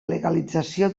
legalització